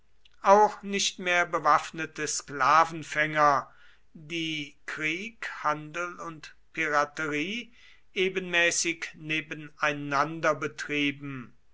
auch nicht mehr bewaffnete sklavenfänger die krieg handel und piraterie ebenmäßig nebeneinander betrieben